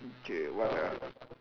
okay what else